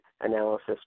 analysis